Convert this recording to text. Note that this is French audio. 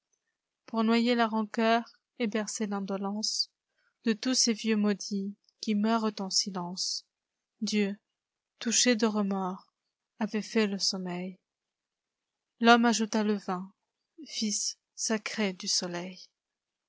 pour noyer la rancœur et bercer tindoleocede tous ces vieux maudits qui meurent en silencedieu touché de remords avait fait le sommeil lhomme ajouta le vin fils sacré du soleill